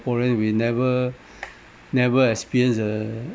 we never never experience a